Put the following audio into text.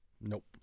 nope